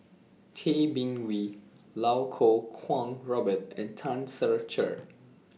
Tay Bin Wee Iau Kuo Kwong Robert and Tan Ser Cher